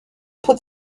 put